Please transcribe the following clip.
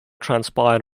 transpired